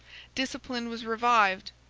discipline was revived,